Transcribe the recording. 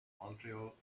montreal